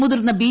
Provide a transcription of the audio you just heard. മുതിർന്ന ബി